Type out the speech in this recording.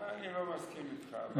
אני לא מסכים איתך.